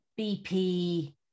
BP